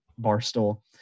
Barstool